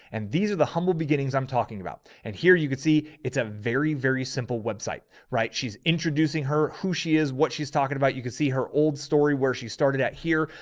and these are the humble beginnings i'm talking about. and here you can see it's a very, very simple website, right? she's introducing her, who she is, what she's talking about. you could see her old story where she started out here.